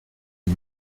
une